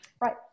Right